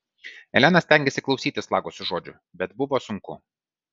elena stengėsi klausytis lagoso žodžių bet buvo sunku